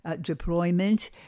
deployment